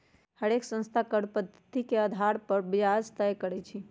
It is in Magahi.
हरेक संस्था कर्व पधति के अधार पर ब्याज तए करई छई